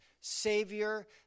Savior